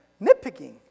nitpicking